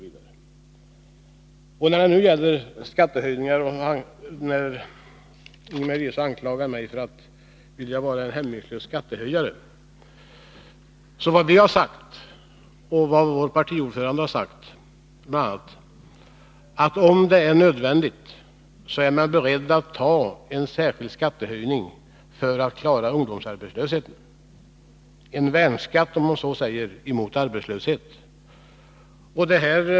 Ingemar Eliasson anklagar mig för att vilja vara en hämningslös skattehöjare. Men vad vi och vår partiordförande bl.a. har sagt är att om det är nödvändigt, är vi beredda att ta en särskild skattehöjning för att klara ungdomsarbetslösheten — en värnskatt mot arbetslösheten, så att säga.